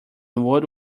old